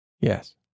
Yes